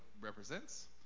represents